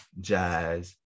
jazz